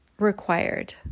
required